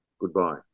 goodbye